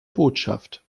botschaft